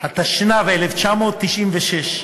התשנ"ו 1996,